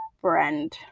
friend